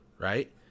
right